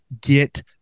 get